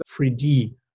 3D